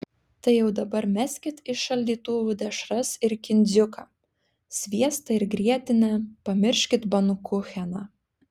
tai jau dabar meskit iš šaldytuvų dešras ir kindziuką sviestą ir grietinę pamirškit bankucheną